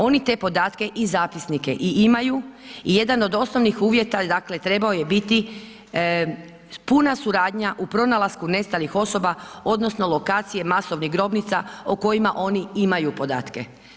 Oni te podatke i zapisnike i imaju i jedan od osnovnih uvjeta dakle trebao je biti puna suradnja u pronalasku nestalih osoba odnosno lokacije masovnih grobnica o kojima oni imaju podatke.